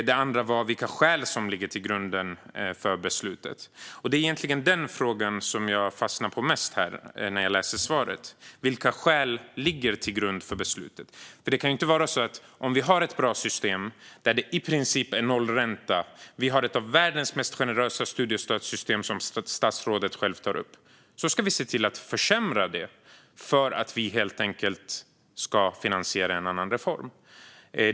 Den andra frågan var vilka skäl som ligger till grund för beslutet, och det är egentligen den frågan jag fastnar mest på i interpellationssvaret. Vilka skäl ligger till grund för beslutet? Om vi nu har ett bra system där det i princip är nollränta - vi har ett av världens mest generösa studiestödssystem, vilket statsrådet själv tar upp - kan det ju inte vara så att vi ska försämra det för att finansiera en annan reform.